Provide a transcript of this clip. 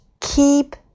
Keep